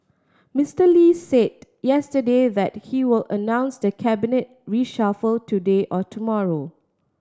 Mister Lee said yesterday that he will announce the cabinet reshuffle today or tomorrow